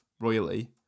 royally